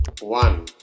One